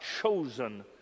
chosen